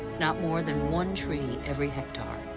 not more than one tree every hectare.